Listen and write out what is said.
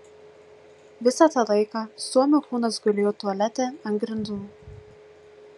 visą tą laiką suomio kūnas gulėjo tualete ant grindų